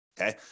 Okay